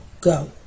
go